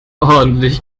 ordentlich